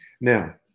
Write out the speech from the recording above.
Now